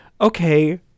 Okay